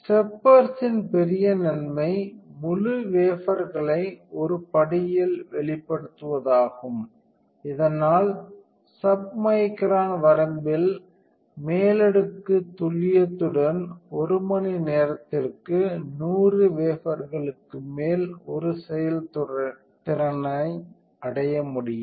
ஸ்டெப்பர்ஸின் பெரிய நன்மை முழு வேபர்களை ஒரு படியில் வெளிப்படுத்துவதாகும் இதனால் சப்மிக்ரான் வரம்பில் மேலடுக்கு துல்லியத்துடன் ஒரு மணி நேரத்திற்கு 100 வேபர்களுக்கு மேல் ஒரு செயல்திறனை அடைய முடியும்